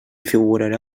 figurarà